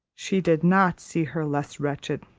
she did not see her less wretched.